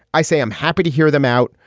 i say i'm happy to hear them out.